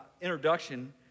introduction